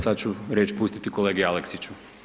Sad ću riječ pustiti kolegi Aleksiću.